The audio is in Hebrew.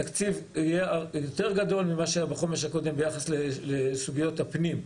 התקציב יהיה יותר גדול ממה שהיה בחומש הקודם ביחס לסוגיות הפנים.